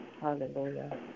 Hallelujah